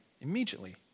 immediately